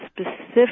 specific